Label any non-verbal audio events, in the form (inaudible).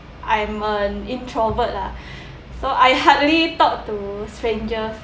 I'm an introvert lah (breath) so I hardly talk to strangers